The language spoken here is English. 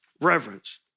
reverence